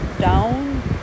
down